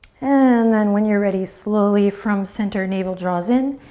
and then when you're ready, slowly, from center, navel draws in.